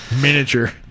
miniature